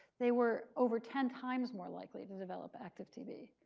they were over ten times more likely to develop active tb.